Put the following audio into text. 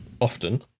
often